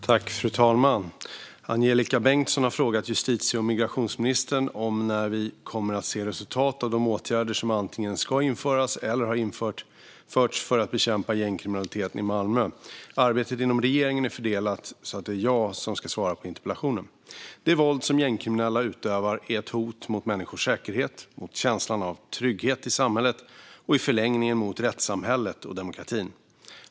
Fru talman! Angelika Bengtsson har frågat justitie och migrationsministern när vi kommer att se resultat av de åtgärder som antingen ska införas eller har införts för att bekämpa gängkriminaliteten i Malmö. Arbetet inom regeringen är så fördelat att det är jag som ska svara på interpellationen. Det våld som gängkriminella utövar är ett hot mot människors säkerhet, mot känslan av trygghet i samhället och i förlängningen mot rättssamhället och demokratin.